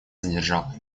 задержала